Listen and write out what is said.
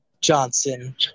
Johnson